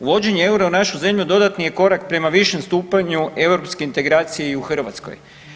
Uvođenje eura u našu zemlju dodatni je korak prema višem stupnju europske integracije i u Hrvatskoj.